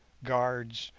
guards,